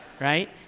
right